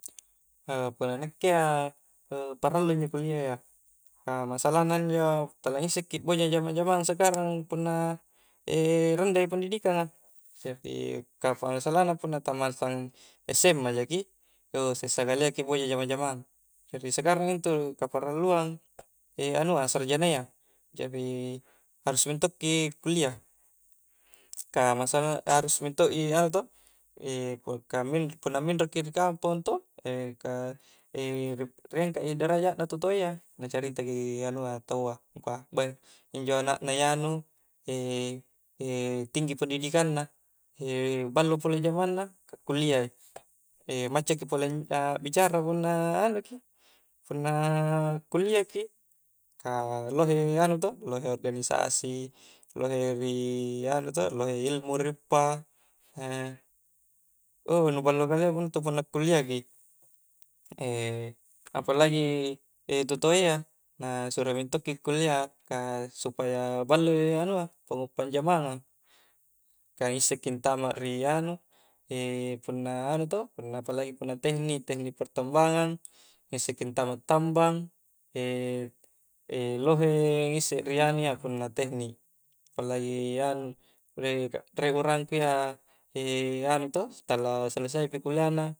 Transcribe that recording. punna nakke ia parallu injo kuliayya, ka masala na injo tala ngisekki boja jama-jamang sekarang punna rendah i pendidikan a, ka masalahna sekarang punna tammatang sma jki, sessa kaliaki boja jama jamang, jari sekarang intu rikaparalluang anua sarjanayya, jari harus mintodo ki kullia, ka masalahna harus mento i anu to ka punna minro-minroki ri kampong toh, ka ri engka i derajatna tutoayya, na carita ki taua angkua beih injo anakna i anu tinggi pendidikanna, e ballo pole jamangna ka kuliah i, macca ki pole akbicara punna anuki, punna kuliah ki, ka lohe anu toh, lohe organisasi, lohe ilmu ri uppa, nu ballo mintodo intu punna kuliaki apalagi tu toayya, nasuru mintodokki kulia, ka supaya ballo i panguppang jamanga, ka ngissekki antama ri anu punna anu toh punna apalagi punna teknik teknik pertambangan, ngisekki tamak tambang, lohe ngisse ri anu iya punna teknik, apalagi anu riek-riek urangku iya anu toh tala selesai pi kuliah na